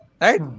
right